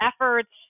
efforts